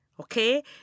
Okay